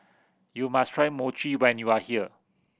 you must try Mochi when you are here